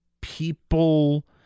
people